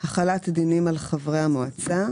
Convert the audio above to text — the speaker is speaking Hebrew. היא בהחלט נעזרת במומחים